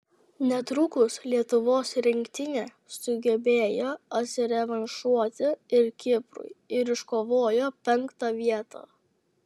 netrukus lietuvos rinktinė sugebėjo atsirevanšuoti ir kiprui ir iškovojo penktą vietą